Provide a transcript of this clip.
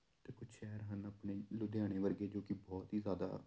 ਅਤੇ ਕੁਛ ਸ਼ਹਿਰ ਹਨ ਆਪਣੇ ਲੁਧਿਆਣੇ ਵਰਗੇ ਜੋ ਕਿ ਬਹੁਤ ਹੀ ਜ਼ਿਆਦਾ